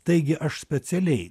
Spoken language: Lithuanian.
taigi aš specialiai